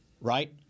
right